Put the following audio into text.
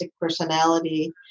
personality